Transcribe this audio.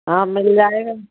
हाँ मिल जाएगा